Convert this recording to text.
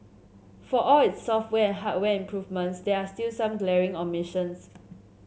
for all its software hardware improvements there are still some glaring omissions